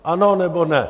Ano, nebo ne?